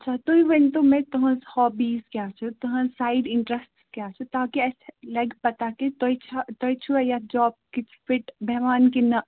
اچھا تُہی ؤنۍتَو مےٚ تُہٕنٛز ہابیٖز کیٛاہ چھِ تُہٕنٛز سایِڈ اِنٛٹرٛسٹ کیٛاہ چھُ تاکہِ اسہِ لَگہِ پَتاہ کہِ تۄہہِ چھا تۅہہِ چھُوا یَتھ جابٕچ فِٹ بیٚہوان کِنہٕ نہٕ